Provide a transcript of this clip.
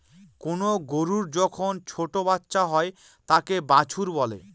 কোনো গরুর যখন ছোটো বাচ্চা হয় তাকে বাছুর বলে